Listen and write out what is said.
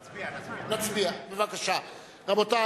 רבותי,